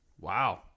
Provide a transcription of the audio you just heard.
Wow